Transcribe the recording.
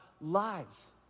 lives